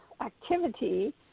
activity